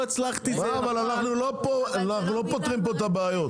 לא אבל אנחנו לא פותרים פה את הבעיות.